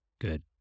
Good